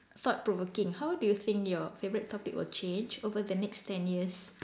thought provoking how do you think your favourite topic will change over the next ten years